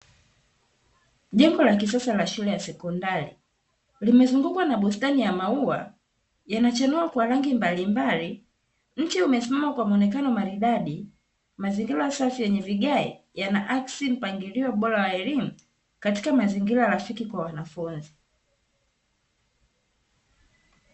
Jengo la kisasa la shule ya sekondari. limezungukwa na bustani ya maua yanachanua kwa rangi mbalimbali, mti umesimama kwa muonekano maridadi, mazingira safi yenye vigae yanaakisi mpangilio bora wa elimu katika mazigira rafiki kwa wanafunzi.